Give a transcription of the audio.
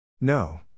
No